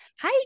Hi